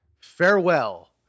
farewell